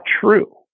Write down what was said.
true